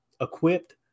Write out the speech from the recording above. equipped